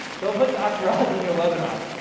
don't put dr. oz in your webinar.